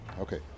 okay